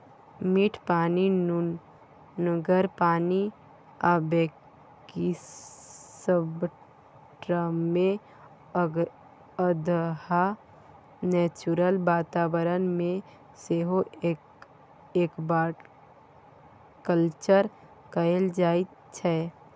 मीठ पानि, नुनगर पानि आ ब्रेकिसवाटरमे अधहा नेचुरल बाताबरण मे सेहो एक्वाकल्चर कएल जाइत छै